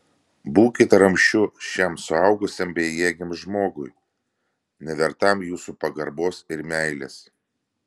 būkit ramsčiu šiam suaugusiam bejėgiam žmogui nevertam jūsų pagarbos ir meilės